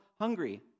hungry